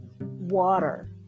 water